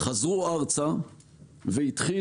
חזרו ארצה והתחילו